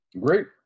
Great